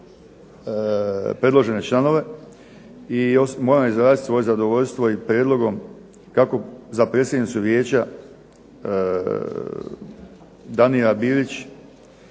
predložene članove i moram izraziti svoje zadovoljstvo i prijedlogom kako za predsjednicu Vijeća Danira Bilić